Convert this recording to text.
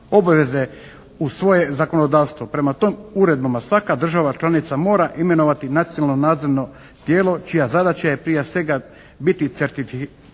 obaveze u svoje zakonodavstvo. Prema tom uredbama svaka država članica mora imenovati nacionalno nadzorno tijelo čija zadaća je prije svega biti certificiranje